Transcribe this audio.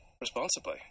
responsibly